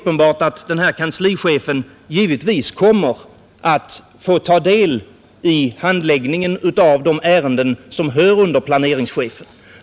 Kanslichefen kommer givetvis att få ta del av handläggningen av de ärenden som hör under planeringschefen.